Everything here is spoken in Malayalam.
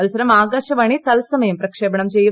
മത്സരം ആകാശവാണി തത്സമയം പ്രക്ഷേപണം ചെയ്യും